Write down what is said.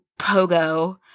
pogo